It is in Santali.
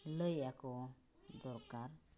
ᱞᱟᱹᱭᱟᱠᱚ ᱫᱚᱨᱠᱟᱨ